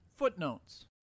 Footnotes